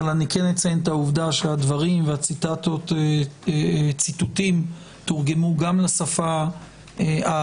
אני כן אציין את העובדה שהציטוטים תורגמו גם לשפה הערבית,